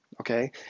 okay